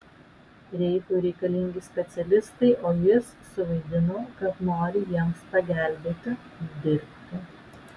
reichui reikalingi specialistai o jis suvaidino kad nori jiems pagelbėti dirbti